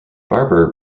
barber